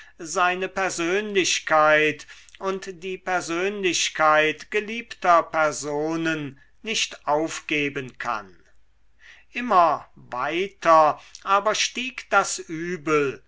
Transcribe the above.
seine persönlichkeit und die persönlichkeit geliebter personen nicht aufgeben kann immer weiter aber stieg das übel